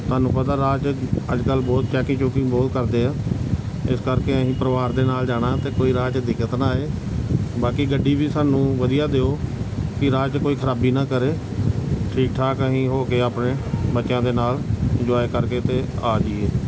ਤੁਹਾਨੂੰ ਪਤਾ ਰਾਹ 'ਚ ਅੱਜ ਕੱਲ੍ਹ ਬਹੁਤ ਚੈਕਿੰਗ ਚੁਕਿੰਗ ਬਹੁਤ ਕਰਦੇ ਆ ਇਸ ਕਰਕੇ ਅਸੀਂ ਪਰਿਵਾਰ ਦੇ ਨਾਲ ਜਾਣਾ ਅਤੇ ਕੋਈ ਰਾਹ 'ਚ ਦਿੱਕਤ ਨਾ ਆਏ ਬਾਕੀ ਗੱਡੀ ਵੀ ਸਾਨੂੰ ਵਧੀਆ ਦਿਓ ਕਿ ਰਾਹ 'ਚ ਕੋਈ ਖਰਾਬੀ ਨਾ ਕਰੇ ਠੀਕ ਠਾਕ ਅਸੀਂ ਹੋ ਕੇ ਆਪਣੇ ਬੱਚਿਆਂ ਦੇ ਨਾਲ ਇੰਜੁਆਏ ਕਰਕੇ ਅਤੇ ਆ ਜਾਈਏ